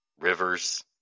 Rivers